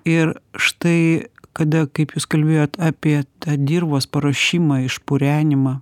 ir štai kada kaip jūs kalbėjot apie tą dirvos paruošimą išpurenimą